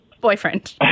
boyfriend